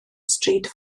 stryd